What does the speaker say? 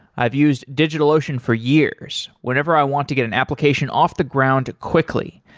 i've used digitalocean for years whenever i want to get an application off the ground quickly,